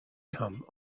come